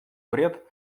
вред